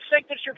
signature